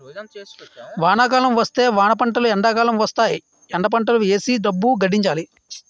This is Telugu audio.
వానాకాలం వస్తే వానపంటలు ఎండాకాలం వస్తేయ్ ఎండపంటలు ఏసీ డబ్బు గడించాలి